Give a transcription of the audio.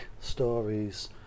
stories